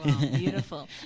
beautiful